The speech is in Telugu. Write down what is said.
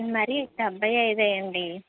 మరీ డెబ్భై ఐదు వెయ్యండి